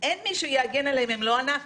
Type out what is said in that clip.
אין מי שיגן עליהם אם לא אנחנו,